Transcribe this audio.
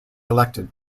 elected